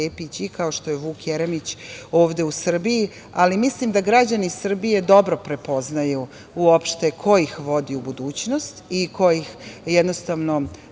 kao što je Vuk Jeremić ovde u Srbiji. Ali, mislim da građani Srbije dobro prepoznaju uopšte ko ih vodi u budućnost i ko brine o